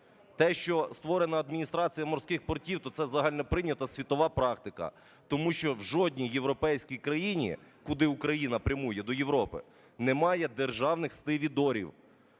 Те, що створена "Адміністрація морських портів", то це загальноприйнята світова практика, тому що в жодній європейській країні, куди Україна прямує, до Європи, немає державних стивідорів.